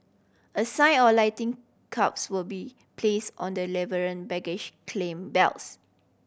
a sign or lighting cubes will be place on the baggage claim belts